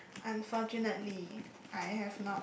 unfortunately I have not